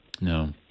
No